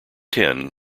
ten